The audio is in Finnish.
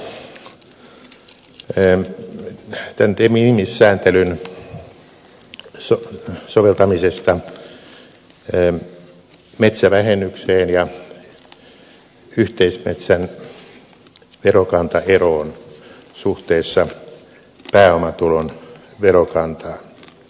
puhuin täällä de minimis sääntelyn soveltamisesta metsävähennykseen ja yhteismetsän verokantaeroon suhteessa pääomatulon verokantaan